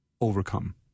overcome